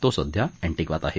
तो सध्या अँटिग्वात आहे